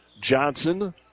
Johnson